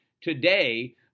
today